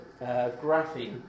graphene